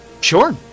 Sure